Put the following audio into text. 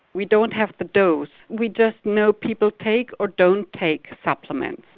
we don't have the dose, we just know people take or don't take supplements.